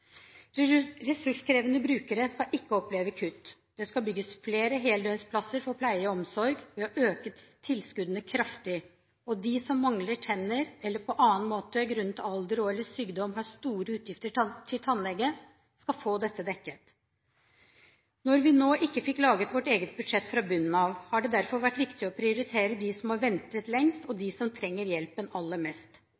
budsjettet. Ressurskrevende brukere skal ikke oppleve kutt. Det skal bygges flere heldøgnsplasser for pleie og omsorg ved å øke tilskuddene kraftig, og de som mangler tenner eller på annen måte grunnet alder og/eller sykdom har store utgifter til tannlege, skal få dette dekket. Når vi nå ikke fikk laget vårt eget budsjett fra bunnen av, har det derfor vært viktig å prioritere de som har ventet lengst og